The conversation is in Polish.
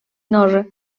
norze